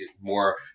more